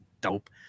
dope